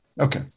Okay